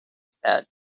said